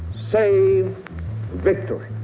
save victory,